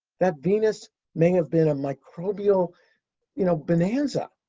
that venus may have been a microbial you know bonanza.